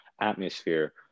atmosphere